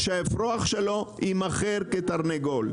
שהאפרוח שלו יימכר כתרנגול.